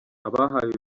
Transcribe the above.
abahawe